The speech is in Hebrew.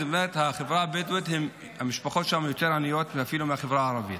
זאת אומרת המשפחות בחברה הבדואית עניות יותר אפילו מהחברה הערבית,